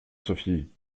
sophie